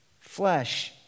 flesh